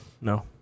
No